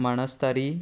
Banastari